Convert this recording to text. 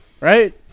Right